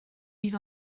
bydd